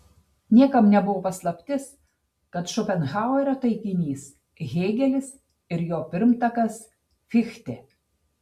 niekam nebuvo paslaptis kad šopenhauerio taikinys hėgelis ir jo pirmtakas fichtė